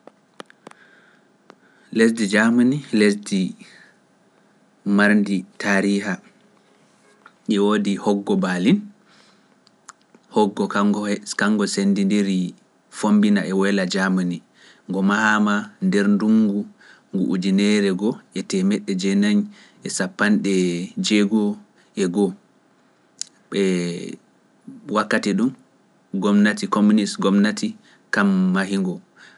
Lesdi jaamani lesdi marndi tariha e woodi hoggo baalin hoggo kango he kango sendindiri fombina e woyla jaamani ngo mahama nder ndungu ngu ujunere ngo e temedde jeenayi e sappanɗe jeegom e ngo e wakkati ɗum gomnati communiste gomnati kam mahingo goonga ɗum e hore mun.